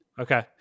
okay